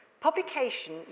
Publication